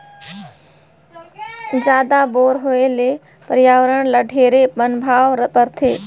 जादा बोर होए ले परियावरण ल ढेरे पनभाव परथे